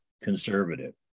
conservative